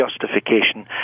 justification